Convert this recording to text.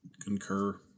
concur